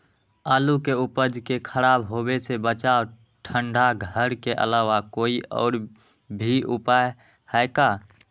आलू के उपज के खराब होवे से बचाबे ठंडा घर के अलावा कोई और भी उपाय है का?